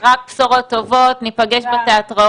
רק בשורות טובות, ניפגש בתיאטראות.